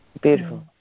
Beautiful